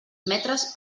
metres